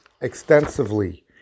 extensively